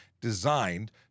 designed